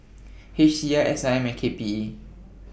H C I S I M and K P E